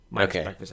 Okay